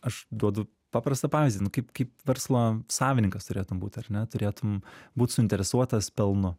aš duodu paprastą pavyzdį nu kaip kaip verslo savininkas turėtum būt ar ne turėtum būt suinteresuotas pelnu